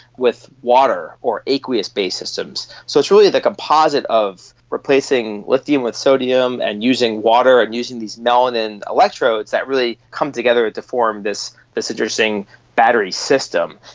with water or aqueous based systems. so it's really the composite of replacing lithium with sodium and using water and using these melanin electrodes that really come together to form this this interesting battery system.